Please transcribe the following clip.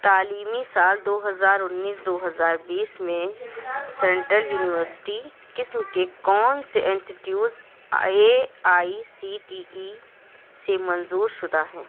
تعلیمی سال دو ہزار انیس دو ہزار بیس میں سینٹرل یونیورسٹی قسم کے کون سے institutes A I C T E سے منظور شدہ ہیں